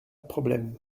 problème